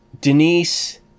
Denise